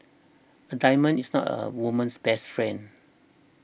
a diamond is not a woman's best friend